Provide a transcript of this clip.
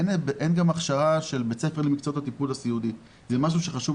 אין גם הכשרה של בית ספר למקצועות הטיפול הסיעודי וזה משהו שחשוב